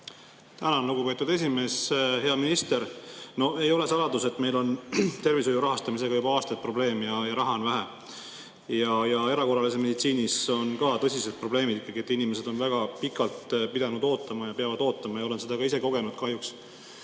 Tänan, lugupeetud esimees! Hea minister! No ei ole saladus, et meil on tervishoiu rahastamisega juba aastaid probleeme ja raha on vähe. Erakorralises meditsiinis on ka tõsised probleemid. Inimesed on väga pikalt pidanud ootama ja peavad ootama. Olen seda ka ise kahjuks